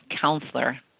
counselor